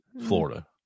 florida